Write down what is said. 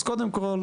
אז קודם כל,